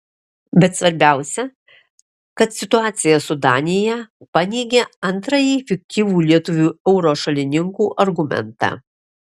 bet svarbiausia kad situacija su danija paneigia antrąjį fiktyvų lietuvių euro šalininkų argumentą